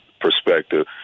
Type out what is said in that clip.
perspective